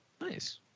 Nice